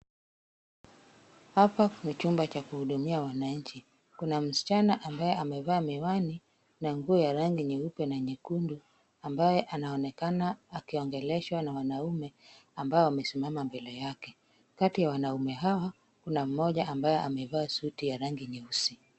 Hapa ni chumba cha kuhudumia wananchi. Kuna msichana ambaye amevaa miwani na nguo ya rangi nyeupe na nyekundu, ambaye anaonekana akiongeleshwa na wanaume ambao wamesimama mbele yake. Kati ya wanaume hawa, kuna mmoja ambaye amevaa suti ya rangi nyeusi.